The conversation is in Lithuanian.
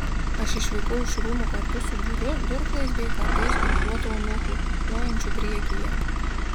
aš išvykau iš rūmų kartu su būriu durklais bei kardais ginkluotų eunuchų jojančių priekyje